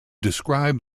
describe